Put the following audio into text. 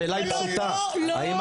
השאלה היא פשוטה, האם